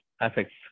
affects